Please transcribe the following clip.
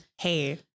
Hey